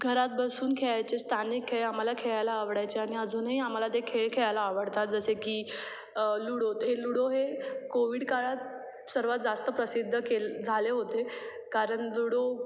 घरात बसून खेळायचे स्थानिक खेळ आम्हाला खेळायला आवडायचे आणि अजूनही आम्हाला ते खेळ खेळायला आवडतात जसे की लूडो हे लूडो हे कोविडकाळात सर्वात जास्त प्रसिद्ध केल् झाले होते कारण लूडो